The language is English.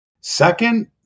Second